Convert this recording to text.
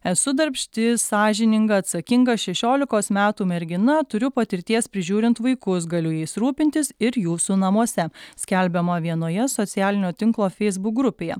esu darbšti sąžininga atsakinga šešiolikos metų mergina turiu patirties prižiūrint vaikus galiu jais rūpintis ir jūsų namuose skelbiama vienoje socialinio tinklo feisbuk grupėje